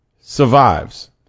survives